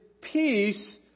peace